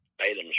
items